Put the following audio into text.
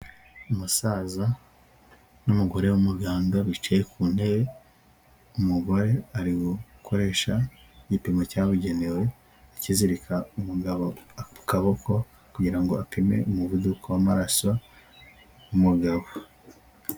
Umusaza n'umugore w'umuganga bicaye ku ntebe, umugore ari gukoresha igipimo cyabugenewe akizirika umugabo ku kaboko kugira ngo apime umuvuduko w'amaraso w'umugabo.